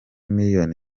miliyoni